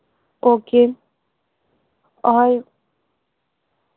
okay اور